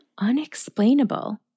unexplainable